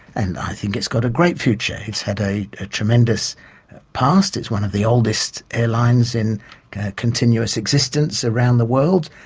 and i think it's got a great future. it's had a a tremendous past, it's one of the oldest airlines in continuous existence around the world,